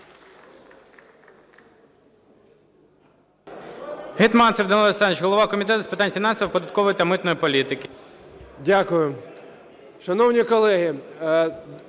Дякую. Шановні колеги,